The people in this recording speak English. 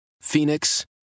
Phoenix